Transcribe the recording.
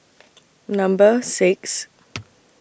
Number six